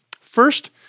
First